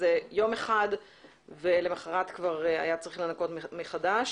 וזה יום אחד ולמחרת כבר היה צריך לנקות מחדש.